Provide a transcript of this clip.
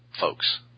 folks